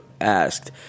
asked